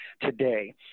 today